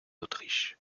autriche